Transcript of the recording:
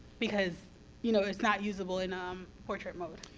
because you know it's not usable in um portrait mode?